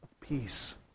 peace